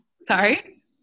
sorry